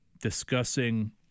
discussing